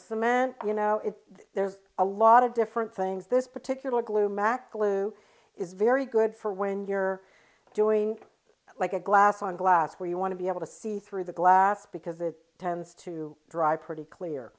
cement you know if there's a lot of different things this particular gloom aclu is very good for when you're doing like a glass on glass where you want to be able to see through the glass because it tends to dry pretty clear